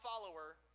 follower